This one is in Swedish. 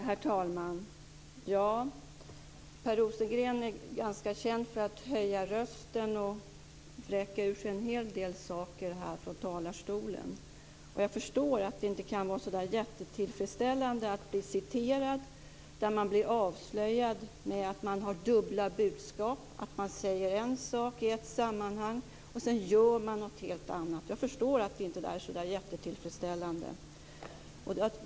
Herr talman! Per Rosengren är ganska känd för att höja rösten och vräka ur sig en hel del saker från talarstolen. Jag förstår att det inte kan vara så jättetillfredsställande att bli citerad och bli avslöjad med att ha dubbla budskap, att man säger en sak i ett sammanhang och sedan gör något helt annat. Jag förstår att det inte är så jättetillfredsställande.